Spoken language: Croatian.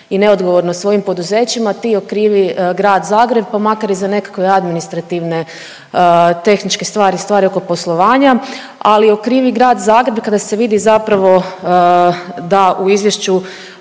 i neodgovorno svojim poduzećima, ti okrivi Grad Zagreb, pa makar i za nekakve administrativne, tehničke stvari, stvari oko poslovanja, ali i okrivi Grad Zagreb kada se vidi zapravo da u Izvješću